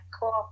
cool